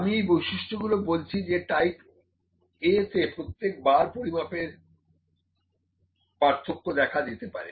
আমি এর বৈশিষ্ট্যগুলো বলছি যে টাইপ A তে প্রত্যেক বার পরিমাপের পার্থক্য দেখা দিতে পারে